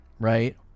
right